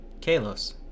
Kalos